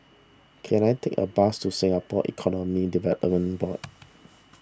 can I take a bus to Singapore Economic Development Board